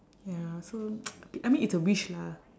ya so I mean it's a wish lah